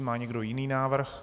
Má někdo jiný návrh?